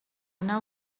nau